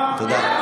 תודה.